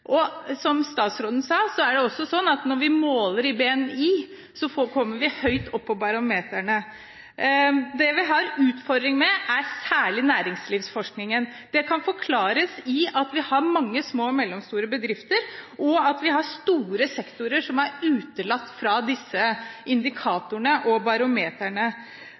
EU-15. Som statsråden sa, er det også sånn at vi kommer høyt opp på barometrene når vi måler i BNI. Det vi har utfordringer med, er særlig næringslivsforskningen. Det kan forklares med at vi har mange små og mellomstore bedrifter, og at vi har store sektorer som er utelatt fra disse indikatorene og